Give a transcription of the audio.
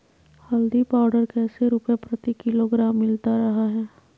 हल्दी पाउडर कैसे रुपए प्रति किलोग्राम मिलता रहा है?